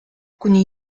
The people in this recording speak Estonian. kuni